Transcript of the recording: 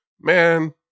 man